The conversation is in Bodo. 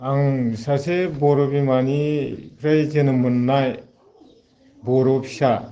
आं सासे बर' बिमानिफ्राय जोनोम मोन्नाय बर' फिसा